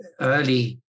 early